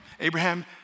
Abraham